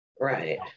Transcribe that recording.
right